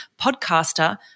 podcaster